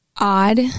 odd